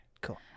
Cool